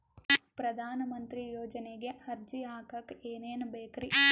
ಪ್ರಧಾನಮಂತ್ರಿ ಯೋಜನೆಗೆ ಅರ್ಜಿ ಹಾಕಕ್ ಏನೇನ್ ಬೇಕ್ರಿ?